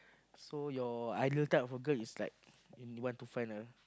so you're ideal type of a girl is like you want to find a